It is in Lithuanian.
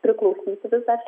priklausyti vis dar